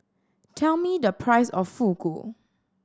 tell me the price of Fugu